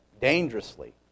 dangerously